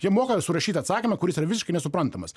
jie moka surašyt atsakymą kuris yra visiškai nesuprantamas